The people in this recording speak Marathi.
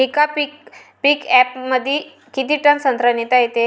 येका पिकअपमंदी किती टन संत्रा नेता येते?